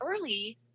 early